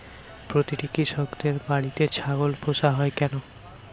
প্রতিটি কৃষকদের বাড়িতে ছাগল পোষা হয় কেন?